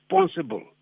responsible